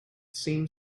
seemed